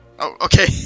okay